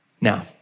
Now